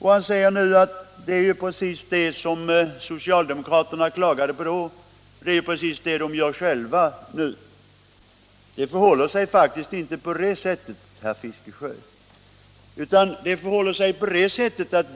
Han sade nu att det är ju precis det som socialdemokraterna klagade på då som de gör själva nu. Det förhåller sig faktiskt inte på det sättet, herr Fiskesjö.